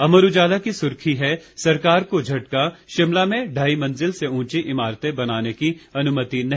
अमर उजाला की सुर्खी है सरकार को झटका शिमला में ढाई मंजिल से ऊंची इमारतें बनाने की अनुमति नहीं